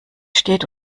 steht